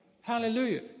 Hallelujah